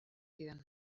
zidan